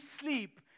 sleep